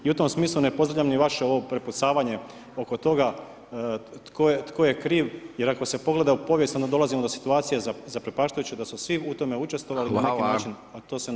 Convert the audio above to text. I u tom smislu ne pozdravljam ni vaše ovo prepucavanje oko toga tko je kriv jer ako se pogleda u povijest onda dolazimo do situacije zaprepašćujuće da su svi u tome učestvovali na neki način a to